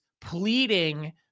pleading